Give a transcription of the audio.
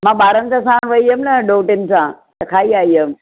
मां ॿारनि सां साण वई हुअमि न ॾोइटिन सां त खाई आई हुअमि